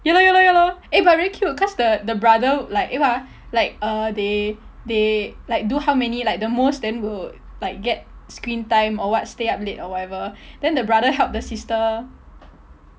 ya lor ya lor ya lor eh but very cute cause the the brother like eh what ah like uh they they like do how many like the most then will like get screen time or what stay up late or whatever then the brother help the sister